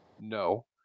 no